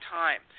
time